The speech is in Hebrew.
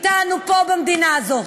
אתנו פה במדינה הזו.